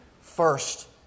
first